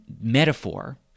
metaphor